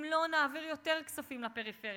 אם לא נעביר יותר כספים לפריפריה,